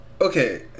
Okay